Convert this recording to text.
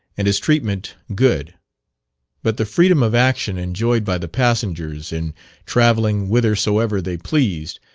and his treatment good but the freedom of action enjoyed by the passengers in travelling whithersoever they pleased,